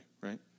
right